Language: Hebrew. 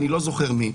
אני לא זוכר של מי.